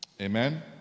Amen